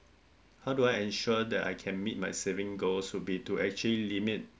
how do I ensure that I can meet my saving goals would be to actually limit